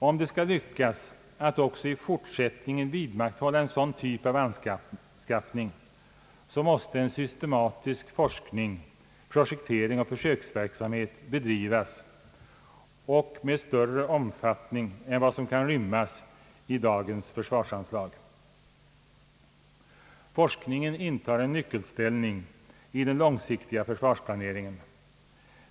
Om det skall lyckas oss att även i fortsättningen vidmakthålla en sådan typ av anskaffning, måste en systematisk forskning, projektering och försöksverksamhet bedrivas med större omfattning än vad som kan rymmas i dagens försvarsanslag. Forskningen intar en nyckelställning i den långsiktiga försvarsplaneringen.